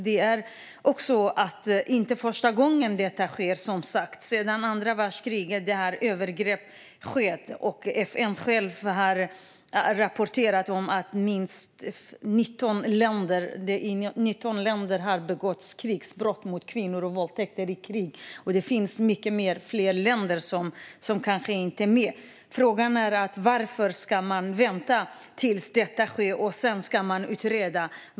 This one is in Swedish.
Det är som sagt inte första gången detta sker. Sedan andra världskriget har övergrepp skett. FN har rapporterat att det i minst 19 länder har begåtts krigsbrott mot kvinnor och våldtäkter i krig, och det kan vara ännu fler. Frågan är varför man ska vänta tills detta sker och sedan utreda.